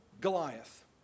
Goliath